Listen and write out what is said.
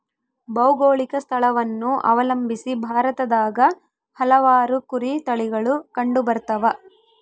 ಭೌಗೋಳಿಕ ಸ್ಥಳವನ್ನು ಅವಲಂಬಿಸಿ ಭಾರತದಾಗ ಹಲವಾರು ಕುರಿ ತಳಿಗಳು ಕಂಡುಬರ್ತವ